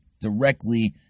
directly